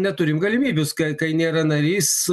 neturim galimybių ska kai nėra narys